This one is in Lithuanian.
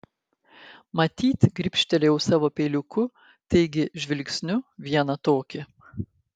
matyt gribštelėjau savo peiliuku taigi žvilgsniu vieną tokį